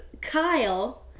Kyle